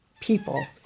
people